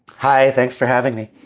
hi. thanks for having me.